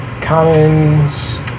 commons